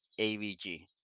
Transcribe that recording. AVG